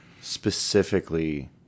specifically